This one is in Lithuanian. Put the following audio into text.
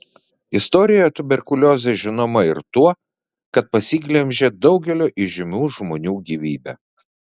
istorijoje tuberkuliozė žinoma ir tuo kad pasiglemžė daugelio įžymių žmonių gyvybę